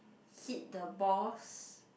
hit the balls